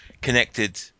connected